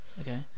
Okay